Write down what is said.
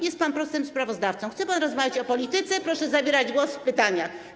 Jest pan posłem sprawozdawcą, chce pan rozmawiać o polityce, to proszę zabierać głos w pytaniach.